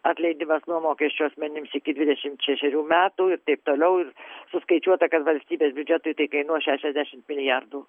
atleidimas nuo mokesčių asmenims iki dvidešimt šešerių metų ir taip toliau suskaičiuota kad valstybės biudžetui tai kainuos šešiasdešimt milijardų